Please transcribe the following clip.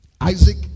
Isaac